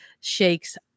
shakes